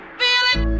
feeling